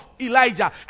Elijah